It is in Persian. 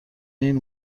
این